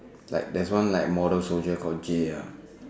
like there's one like model soldier called J ah